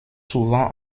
souvent